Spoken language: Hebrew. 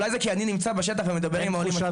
אולי זה כי אני נמצא בשטח ומדבר עם עולים.